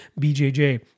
BJJ